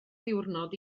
ddiwrnod